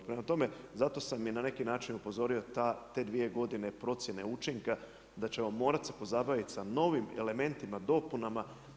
Prema tome zato sam i na neki način upozorio te dvije godine procjene učinka da ćemo morat se pozabaviti sa novim elementima, dopunama.